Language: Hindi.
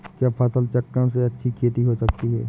क्या फसल चक्रण से अच्छी खेती हो सकती है?